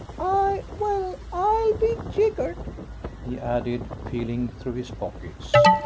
i well i'll be jiggered he added, feeling through his pockets.